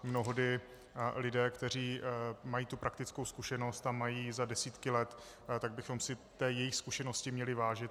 Mnohdy lidé, kteří mají tu praktickou zkušenost a mají ji za desítky let, tak bychom si jejich zkušeností měli vážit.